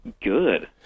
Good